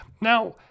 Now